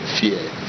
fear